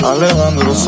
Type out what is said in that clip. Alejandro